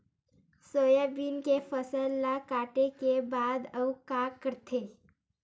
Soybean के फसल ल काटे के बाद आऊ का करथे?